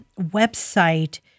website